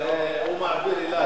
הוא מעביר אלי.